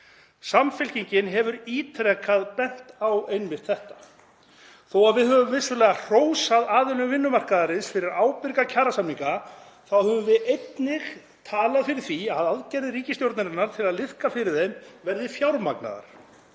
Samfylkingin hefur ítrekað bent á einmitt þetta. Þó að við höfum vissulega hrósað aðilum vinnumarkaðarins fyrir ábyrga kjarasamninga þá höfum við einnig talað fyrir því að aðgerðir ríkisstjórnarinnar til að liðka fyrir þeim verði fjármagnaðar.